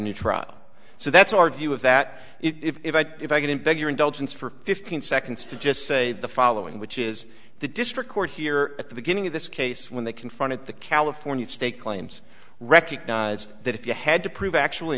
new trial so that's our view of that if i if i can beg your indulgence for fifteen seconds to just say the following which is the district court here at the beginning of this case when they confronted the california state claims recognize that if you had to prove actual